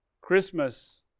Christmas